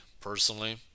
personally